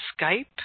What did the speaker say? Skype